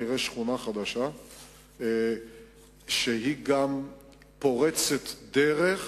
תראה שכונה חדשה שהיא גם פורצת דרך,